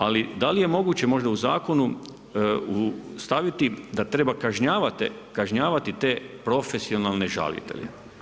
Ali da li je moguće možda u zakonu staviti da treba kažnjavati te profesionalne žalitelje.